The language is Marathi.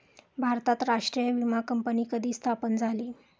भारतात राष्ट्रीय विमा कंपनी कधी स्थापन झाली?